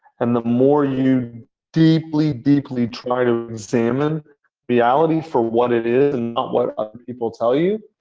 and the more you deeply, deeply try to examine reality for what it is and not what other people tell you,